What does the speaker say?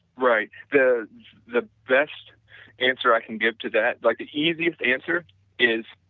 right. the the best answer i can give to that, like the easiest answer is,